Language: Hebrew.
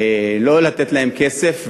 לא לתת להם כסף.